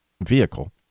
vehicle